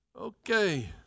Okay